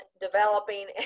developing